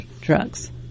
drugs